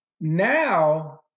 now